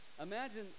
imagine